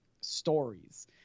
stories